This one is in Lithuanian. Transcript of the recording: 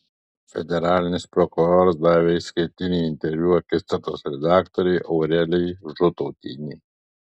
federalinis prokuroras davė išskirtinį interviu akistatos redaktorei aurelijai žutautienei